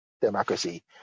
democracy